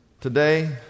today